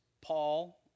Paul